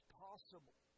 possible